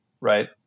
right